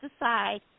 aside